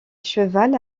cheval